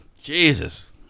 Jesus